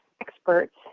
experts